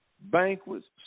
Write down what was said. banquets